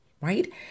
right